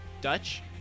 dutch